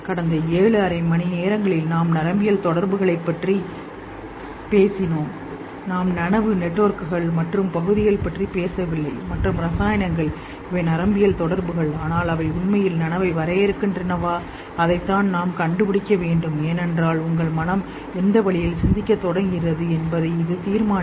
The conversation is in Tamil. கடந்த ஏழு மற்றும் அரை மணிநேரங்களில் நாம் நரம்பியல் தொடர்புகளைப் பற்றி பேசுகிறோம் நாம் நனவு நெட்வொர்க்குகள் மற்றும் பகுதிகள் பற்றி பேசவில்லை மற்றும் ரசாயனங்கள் இவை நரம்பியல் தொடர்புகள் ஆனால் அவை உண்மையில் நனவை வரையறுக்கின்றனவா அதைத்தான் நாம் கண்டுபிடிக்க வேண்டும் ஏனென்றால் உங்கள் மனம் எந்த வழியில் சிந்திக்கத் தொடங்குகிறது என்பதை இது தீர்மானிக்கும்